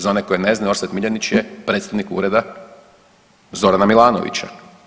Za one koji ne znaju Orsat Miljanić je predstojnik ureda Zorana Milanovića.